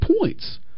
points